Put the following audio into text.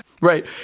Right